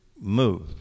move